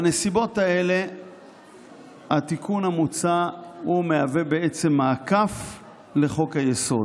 בנסיבות האלה התיקון המוצע מהווה בעצם מעקף לחוק-היסוד.